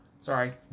Sorry